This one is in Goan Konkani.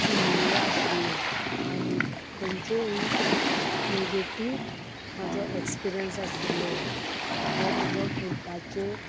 पिन्निल्लो आशिल्लो आनी तेंचेयी नॅगेटिव म्हाजो एक्सपिर्यन्स आशिल्लो हो म्हाजो कुर्ताचेर